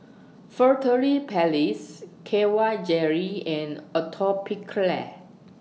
Furtere Paris K Y Jelly and Atopiclair